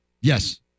Yes